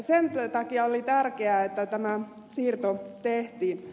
sen takia oli tärkeää että tämä siirto tehtiin